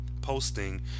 posting